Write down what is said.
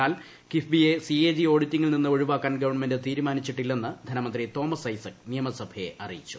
എന്നാൽ കിഫ്ബിയെ സിഎജി ഓഡിറ്റിംഗിൽ നിന്ന് ഒഴിവാക്കാൻ ഗവൺമെന്റ് തീരുമാനിച്ചിട്ടില്ലെന്ന് ധനമന്ത്രി തോമസ് ഐസക് നിയമസഭയെ അറിയിച്ചു